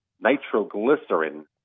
nitroglycerin